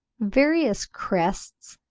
various crests,